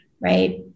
right